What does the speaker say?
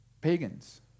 pagans